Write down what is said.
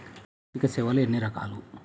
ఆర్థిక సేవలు ఎన్ని రకాలు?